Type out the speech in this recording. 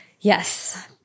Yes